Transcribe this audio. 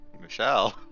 Michelle